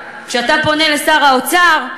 כשאתה פונה לשר האוצר,